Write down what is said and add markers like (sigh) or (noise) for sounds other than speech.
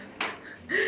(noise)